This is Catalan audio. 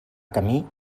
camí